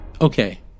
Okay